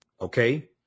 okay